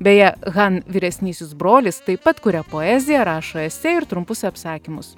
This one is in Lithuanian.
beje han vyresnysis brolis taip pat kuria poeziją rašo esė ir trumpus apsakymus